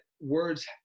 words